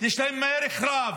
יש להם ערך רב.